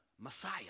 Messiah